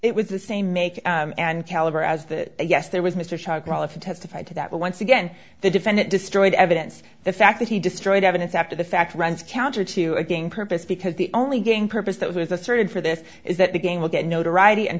it was the same make and caliber as that yes there was mr kroll if you testified to that but once again the defendant destroyed evidence the fact that he destroyed evidence after the fact runs counter to again purpose because the only game purpose that was asserted for this is that the game will get notoriety and